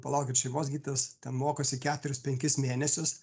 palaukit šeimos gydytojas mokosi keturis penkis mėnesius